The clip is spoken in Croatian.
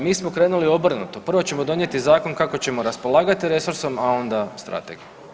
Mi smo krenuli obrnuto, prvo ćemo donijeti zakon kako ćemo raspolagati resursom, a onda strategiju.